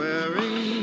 Wearing